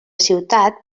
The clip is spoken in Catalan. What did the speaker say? ciutat